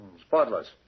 Spotless